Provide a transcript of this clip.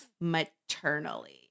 maternally